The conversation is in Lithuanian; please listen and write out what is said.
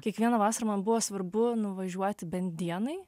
kiekvieną vasarą man buvo svarbu nuvažiuoti bent dienai